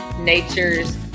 nature's